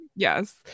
yes